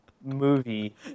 movie